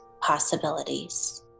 possibilities